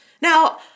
Now